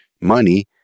money